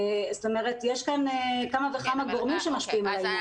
כלומר יש כאן כמה וכמה גורמים שמשפיעים על העניין.